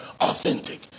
authentic